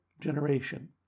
generation